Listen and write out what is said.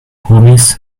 homies